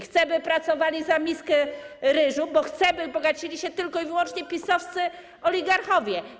Chce, by pracowali za miskę ryżu, bo chce, by bogacili się tylko i wyłącznie PiS-owscy oligarchowie.